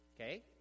Okay